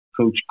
Coach